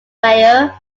mayor